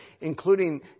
including